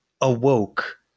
awoke